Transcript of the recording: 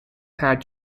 had